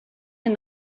are